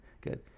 good